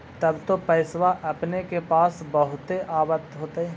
तब तो पैसबा अपने के पास बहुते आब होतय?